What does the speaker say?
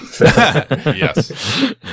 Yes